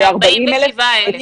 ל-40,000.